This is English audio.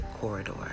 corridor